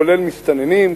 כולל מסתננים,